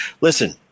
listen